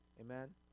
Amen